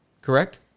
Correct